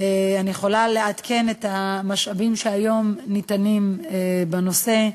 אני יכולה לעדכן את המשאבים שהיום ניתנים בנושא.